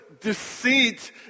deceit